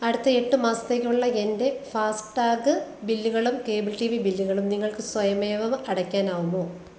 അടുത്ത എട്ട് മാസത്തേക്കുള്ള എന്റെ ഫാസ്ടാഗ് ബില്ലുകളും കേബിൾ ടി വി ബില്ലുകളും നിങ്ങൾക്ക് സ്വയമേവ അടയ്ക്കാനാവുമോ